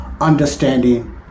Understanding